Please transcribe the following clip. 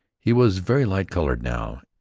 he was very light-colored now,